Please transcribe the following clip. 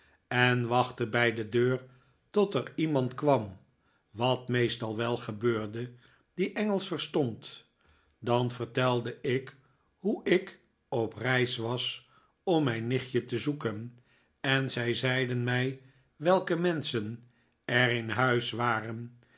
en wachtte bij de deur tot er iemand kwam wat meestal wel gebeurde die engelsch verstond dan vertelde ik hoe ik op reis was om mijn nichtje te zoeken en zij zeiden mij welke menschen er in huis waren